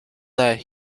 that